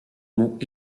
mont